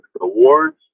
awards